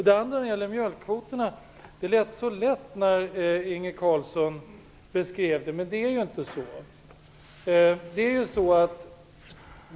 Det lät så lätt när Inge Carlsson beskrev mjölkkvoterna, men det är inte så.